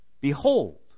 behold